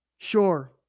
Sure